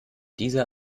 dieser